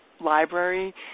library